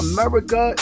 America